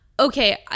okay